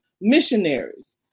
missionaries